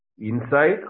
Inside